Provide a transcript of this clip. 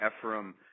Ephraim